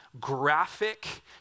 graphic